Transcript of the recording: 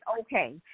okay